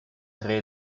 tre